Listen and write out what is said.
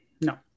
no